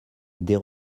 des